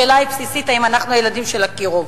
השאלה הבסיסית היא האם אנחנו ילדים של אקירוב.